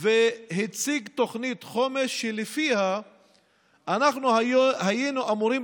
והציג תוכנית חומש שלפיה אנחנו היינו אמורים